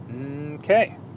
Okay